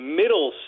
middle